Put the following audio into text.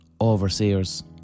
overseers